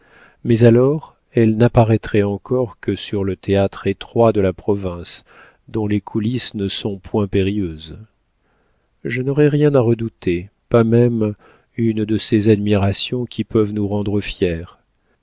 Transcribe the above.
mais alors elle n'apparaîtrait encore que sur le théâtre étroit de la province dont les coulisses ne sont point périlleuses je n'aurai rien à redouter pas même une de ces admirations qui peuvent nous rendre fières